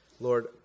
Lord